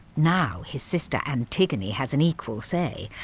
now his sister antigone has an equal say,